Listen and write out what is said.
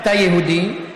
אתה יהודי,